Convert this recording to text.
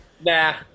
Nah